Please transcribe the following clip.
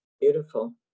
Beautiful